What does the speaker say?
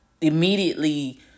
immediately